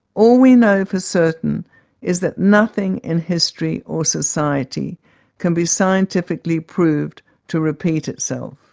all we know for certain is that nothing in history or society can be scientifically proved to repeat itself.